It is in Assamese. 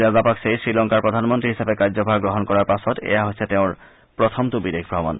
ৰাজাপাকছেই শ্ৰীলংকাৰ প্ৰধানমন্ত্ৰী হিচাপে কাৰ্যভাৰ গ্ৰহণ কৰাৰ পাছত এয়া হৈছে তেওঁৰ প্ৰথমটো বিদেশ ভ্ৰমণ